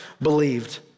believed